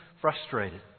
frustrated